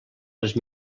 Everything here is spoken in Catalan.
les